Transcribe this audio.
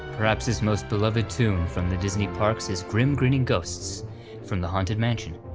perhaps his most beloved tune from the disney parks is grim grinning ghosts from the haunted mansion,